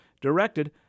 directed